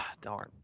Darn